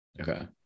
okay